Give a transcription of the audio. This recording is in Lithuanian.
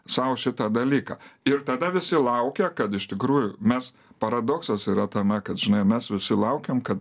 sau šitą dalyką ir tada visi laukia kad iš tikrųjų mes paradoksas yra tame kad žinai mes visi laukiam kad